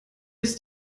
ist